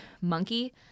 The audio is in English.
monkey